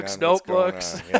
notebooks